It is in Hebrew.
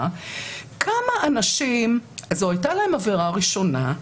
כמה אנשים זו הייתה להם עבירה ראשונה,